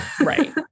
Right